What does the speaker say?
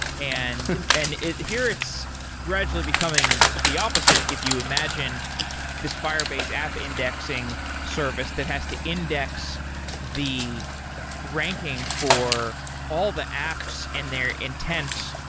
and and here it's gradually becoming the opposite, if you imagine this firebase app indexing service that has to index the ranking for all the apps and their intents,